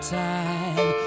time